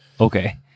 Okay